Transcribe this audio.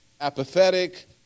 apathetic